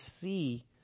see